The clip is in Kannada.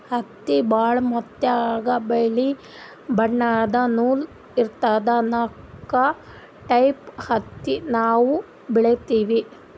ಹತ್ತಿ ಭಾಳ್ ಮೆತ್ತಗ ಬಿಳಿ ಬಣ್ಣದ್ ನೂಲ್ ಇರ್ತದ ನಾಕ್ ಟೈಪ್ ಹತ್ತಿ ನಾವ್ ಬೆಳಿತೀವಿ